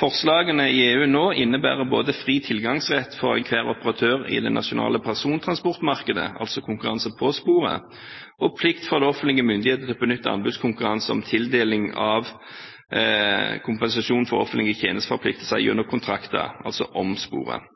Forslagene i EU nå innebærer både fri tilgangsrett for enhver operatør i det nasjonale persontransportmarkedet, altså konkurranse på sporet, og plikt for de offentlige myndighetene til å benytte anbudskonkurranse om tildeling av kompensasjon for offentlige tjenesteforpliktelser gjennom kontrakter, altså om sporet.